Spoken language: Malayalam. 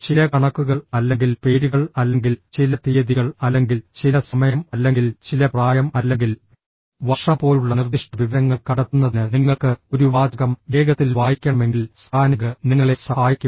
ചില കണക്കുകൾ അല്ലെങ്കിൽ പേരുകൾ അല്ലെങ്കിൽ ചില തീയതികൾ അല്ലെങ്കിൽ ചില സമയം അല്ലെങ്കിൽ ചില പ്രായം അല്ലെങ്കിൽ വർഷം പോലുള്ള നിർദ്ദിഷ്ട വിവരങ്ങൾ കണ്ടെത്തുന്നതിന് നിങ്ങൾക്ക് ഒരു വാചകം വേഗത്തിൽ വായിക്കണമെങ്കിൽ സ്കാനിംഗ് നിങ്ങളെ സഹായിക്കും